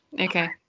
okay